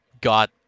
got